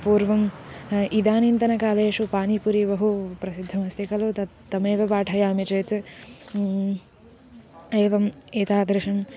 पूर्वं इदानींतनकालेषु पानीपुरि बहु प्रसिद्धम् अस्ति कलु तत् तमेव पाठयामि चेत् एवम् एतादृशं